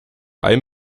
ein